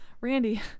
Randy